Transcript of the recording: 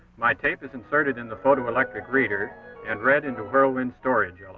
my tape is inserted in the photoelectric reader and read into whirlwinds storage. ah